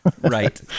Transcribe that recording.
right